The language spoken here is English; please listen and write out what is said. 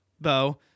Bo